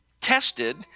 tested